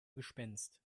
gespenst